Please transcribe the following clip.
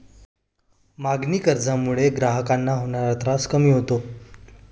मागणी कर्जामुळे ग्राहकांना होणारा त्रास कमी होतो